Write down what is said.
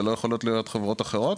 אין אפשרות לתת רישיון לחברות אחרות?